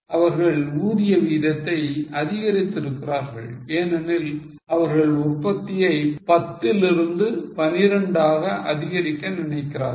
அவர்கள் ஊதிய விகிதத்தை அதிகரித்து இருக்கிறார்கள் ஏனெனில் அவர்கள் உற்பத்தியை 10 லிருந்து 12 ஆக அதிகரிக்க நினைக்கிறார்கள்